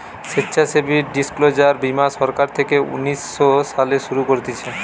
স্বেচ্ছাসেবী ডিসক্লোজার বীমা সরকার থেকে উনিশ শো সালে শুরু করতিছে